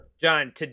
John